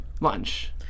lunch